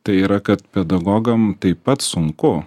tai yra kad pedagogam taip pat sunku